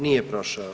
Nije prošao.